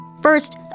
First